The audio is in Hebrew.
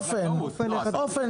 לפי סעיף 10,